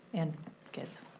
and kids,